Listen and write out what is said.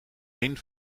een